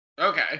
Okay